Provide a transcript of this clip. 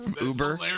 Uber